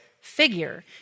figure